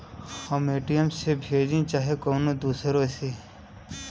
हम पेटीएम से भेजीं चाहे कउनो दूसरे से